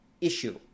issue